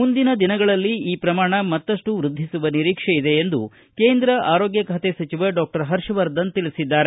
ಮುಂದಿನ ದಿನಗಳಲ್ಲಿ ಈ ಪ್ರಮಾಣ ಮತ್ತಪ್ಪು ವೃದ್ಧಿಸುವ ನಿರೀಕ್ಷೆ ಇದೆ ಎಂದು ಕೇಂದ್ರ ಆರೋಗ್ಯ ಖಾತೆ ಸಚಿವ ಡಾಕ್ಟರ್ ಹರ್ಷವರ್ಧನ್ ತಿಳಿಸಿದ್ದಾರೆ